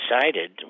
decided